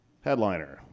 Headliner